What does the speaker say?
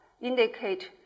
indicate